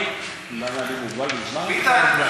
אני מוגבל בזמן?